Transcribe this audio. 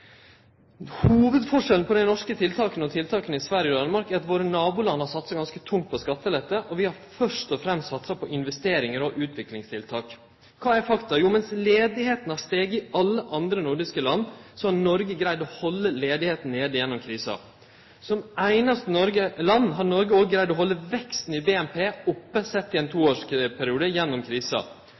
Hovudforskjellen på dei norske tiltaka og tiltaka i Sverige og Danmark er at våre naboland har satsa ganske tungt på skattelette, og vi har først og fremst satsa på investeringar og utviklingstiltak. Kva er fakta? Jo, mens ledigheita har stige i alle andre nordiske land, har Noreg greidd å halde ledigheita nede gjennom krisa. Som det einaste nordiske landet har Noreg òg klart å halde veksten i BNP oppe – sett i ein toårsperiode – gjennom krisa.